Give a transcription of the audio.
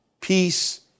peace